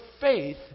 faith